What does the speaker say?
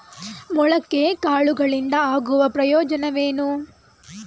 ಮೊಳಕೆ ಕಾಳುಗಳಿಂದ ಆಗುವ ಪ್ರಯೋಜನವೇನು?